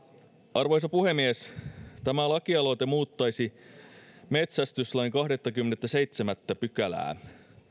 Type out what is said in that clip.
arvoisa puhemies tämä lakialoite muuttaisi metsästyslain kahdettakymmenettäseitsemättä pykälää